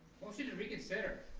motion to reconsider.